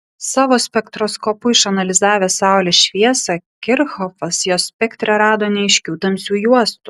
savo spektroskopu išanalizavęs saulės šviesą kirchhofas jos spektre rado neaiškių tamsių juostų